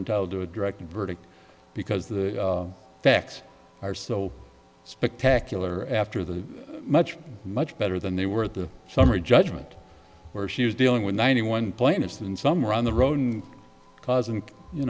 entitled to a directed verdict because the facts are so spectacular after the much much better than they were at the summary judgment where she was dealing with ninety one plaintiffs and some are on the road and causing you